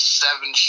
seven –